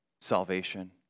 salvation